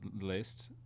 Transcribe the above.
list